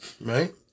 right